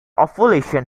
ovulation